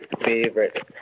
favorite